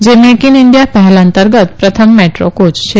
જે make in India પહેલ અંતર્ગત પ્રથમ મેદ્રો કોય છે